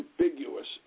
ambiguous